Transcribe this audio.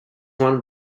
won